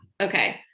okay